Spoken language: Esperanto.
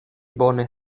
bone